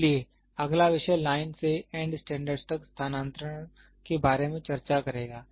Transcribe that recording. इसलिए अगला विषय लाइन से एंड स्टैंडर्ड तक स्थानांतरण के बारे में चर्चा करेगा